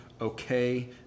okay